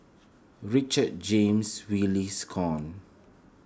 Richard James release come